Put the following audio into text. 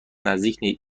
نزدیک